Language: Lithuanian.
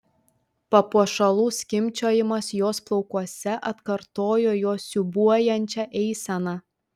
papuošalų skimbčiojimas jos plaukuose atkartojo jos siūbuojančią eiseną